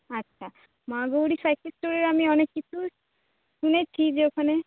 আচ্ছা মা গৌরী সাইকেল স্টোরের আমি অনেক কিছু শুনেছি যে ওখানে